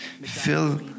Fill